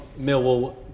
Millwall